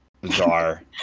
bizarre